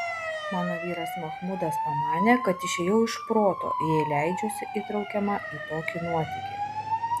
mano vyras machmudas pamanė kad išėjau iš proto jei leidžiuosi įtraukiama į tokį nuotykį